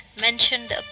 mentioned